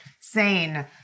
sane